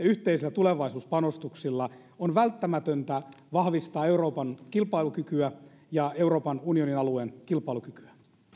yhteisillä tulevaisuuspanostuksilla on välttämätöntä vahvistaa euroopan kilpailukykyä ja euroopan unionin alueen kilpailukykyä